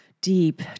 deep